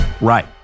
Right